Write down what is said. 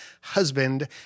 husband